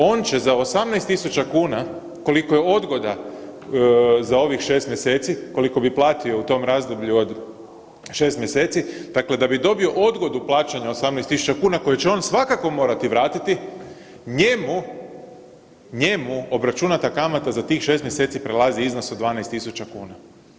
On će za 18.000 kuna koliko je odgoda za ovih 6 mjeseci koliko bi platio u tom razdoblju od 6 mjeseci, dakle da bi dobio odgodu plaćanja 18.000 kuna koju će on svakako morati vratiti, njemu, njemu obračunata kamata za tih 6 mjeseci prelazi iznos od 12.000 kuna.